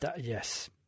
Yes